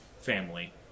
family